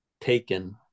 taken